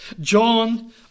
John